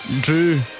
Drew